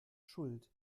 schuld